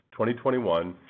2021